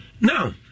now